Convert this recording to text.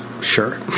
Sure